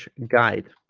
guide